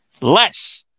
Less